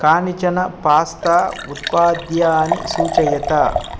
कानिचन पास्ता उत्पाद्यानि सू्चयत